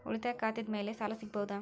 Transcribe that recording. ಉಳಿತಾಯ ಖಾತೆದ ಮ್ಯಾಲೆ ಸಾಲ ಸಿಗಬಹುದಾ?